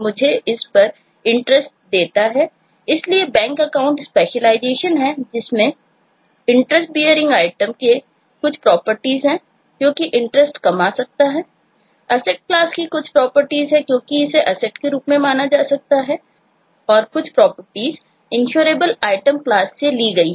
मैं इसका उपयोग कॉलेटरल्स InsurableItem क्लास से ली गई हैं